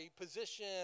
position